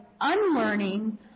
unlearning